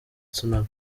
tsunami